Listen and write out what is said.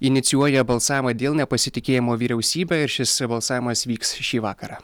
inicijuoja balsavimą dėl nepasitikėjimo vyriausybe ir šis balsavimas vyks šį vakarą